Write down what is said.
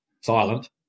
silent